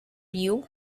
you